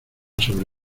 sobre